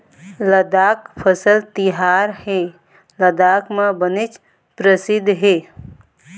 लद्दाख फसल तिहार ह लद्दाख म बनेच परसिद्ध हे